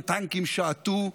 טנקים שעטו,